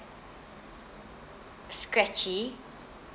scratchy